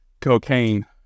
cocaine